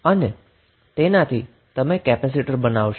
તો તમે કેપેસિટર બનાવશો